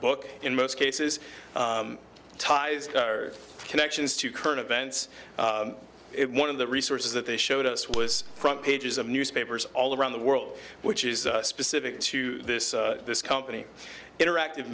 book in most cases ties connections to current events it one of the resources that they showed us was front pages of newspapers all around the world which is specific to this this company interactive